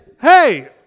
Hey